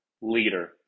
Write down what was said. leader